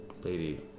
Lady